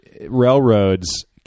railroads